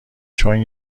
چون